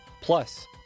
plus